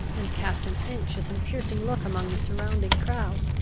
and cast an anxious and piercing look among the surrounding crowd.